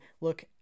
look